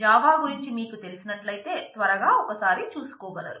Java గురించి మీకు తెలిసినట్లయితే త్వరగా ఒకసారి చూసుకోగలరు